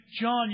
John